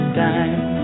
time